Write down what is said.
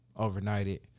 overnighted